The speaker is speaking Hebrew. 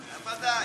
בוודאי.